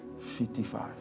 55